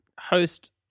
Host